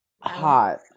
Hot